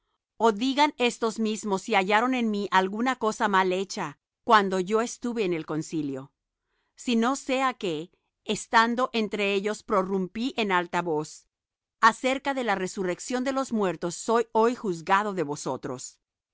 o digan estos mismos si hallaron en mí alguna cosa mal hecha cuando yo estuve en el concilio si no sea que estando entre ellos prorrumpí en alta voz acerca de la resurrección de los muertos soy hoy juzgado de vosotros